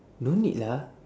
don't need lah